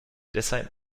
deshalb